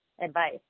advice